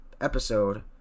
episode